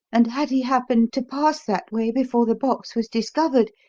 and, had he happened to pass that way before the box was discovered,